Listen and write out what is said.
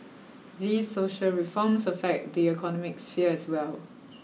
these social reforms affect the economic sphere as well